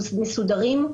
מסודרים,